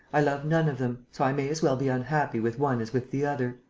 i love none of them. so i may as well be unhappy with one as with the other.